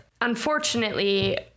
unfortunately